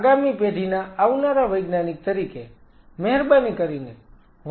આગામી પેઢીના આવનારા વૈજ્ઞાનિક તરીકે મહેરબાની કરીને